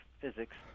physics